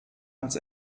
als